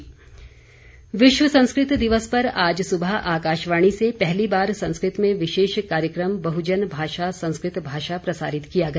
प्रसारण विश्व संस्कृत दिवस पर आज सुबह आकाशवाणी से पहली बार संस्कृत में विशेष कार्यक्रम बहुजन भाषा संस्कृत भाषा प्रसारित किया गया